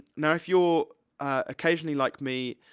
now if you're occasionally like me,